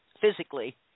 physically